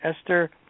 Esther